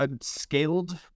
scaled